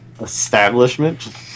Establishment